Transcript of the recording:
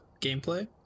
gameplay